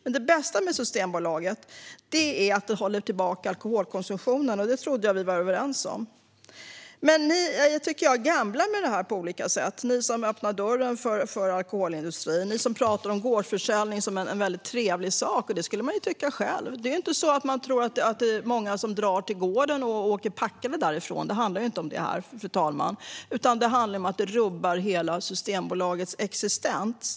Men det bästa med Systembolaget är att det håller tillbaka alkoholkonsumtionen. Det trodde jag att vi var överens om. Jag tycker att ni gamblar med det här när ni öppnar dörren för alkoholindustrin och pratar om gårdsförsäljning som en trevlig sak; det skulle jag själv tycka. Jag tror inte att det är många som drar till gården och åker packade därifrån. Det handlar inte om det, fru talman. Det handlar om att det rubbar hela Systembolagets existens.